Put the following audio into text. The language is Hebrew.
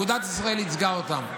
אגודת ישראל ייצגה אותם.